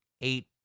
eight